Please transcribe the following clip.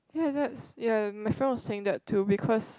ya that's ya my friend was saying that too because